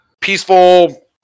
peaceful